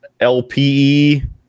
lpe